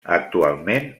actualment